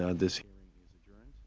ah this is adjourned.